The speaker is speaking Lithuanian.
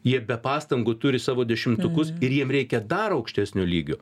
jie be pastangų turi savo dešimtukus ir jiem reikia dar aukštesnio lygio